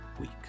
week